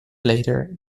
later